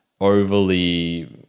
overly